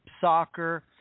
Soccer